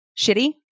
shitty